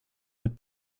mit